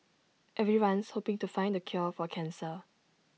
everyone's hoping to find the cure for cancer